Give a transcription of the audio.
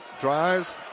drives